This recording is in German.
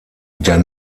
der